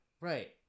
Right